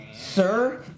sir